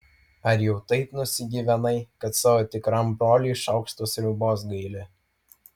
ar jau taip nusigyvenai kad savo tikram broliui šaukšto sriubos gaili